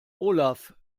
olaf